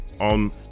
on